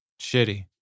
shitty